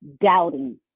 doubting